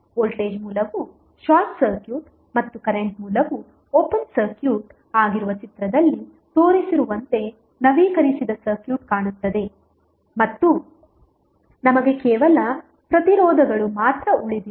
voltage ಮೂಲವು short circuit ಮತ್ತು current ಮೂಲವು ಓಪನ್ ಸರ್ಕ್ಯೂಟ್ ಆಗಿರುವ ಚಿತ್ರದಲ್ಲಿ ತೋರಿಸಿರುವಂತೆ ನವೀಕರಿಸಿದ ಸರ್ಕ್ಯೂಟ್ ಕಾಣುತ್ತದೆ ಮತ್ತು ನಮಗೆ ಕೇವಲ ಪ್ರತಿರೋಧಗಳು ಮಾತ್ರ ಉಳಿದಿವೆ